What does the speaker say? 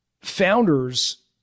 founders